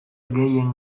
gehien